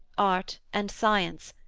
art and science,